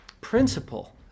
principle